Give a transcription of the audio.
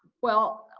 well,